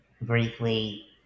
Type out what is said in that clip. briefly